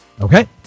Okay